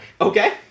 Okay